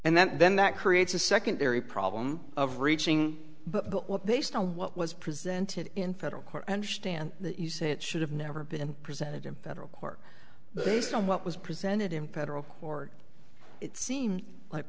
and that then that creates a secondary problem of reaching but they still what was presented in federal court understand that you say it should have never been presented in federal court based on what was presented in federal court it seemed like